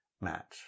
match